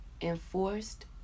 enforced